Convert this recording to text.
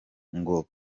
ngo